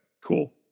cool